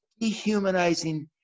dehumanizing